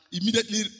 immediately